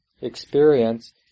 experience